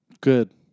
Good